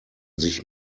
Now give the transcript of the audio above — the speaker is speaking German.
sich